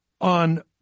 on